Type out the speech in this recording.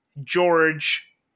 George